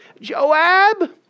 Joab